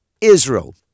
Israel